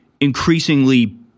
increasingly